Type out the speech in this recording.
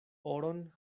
oron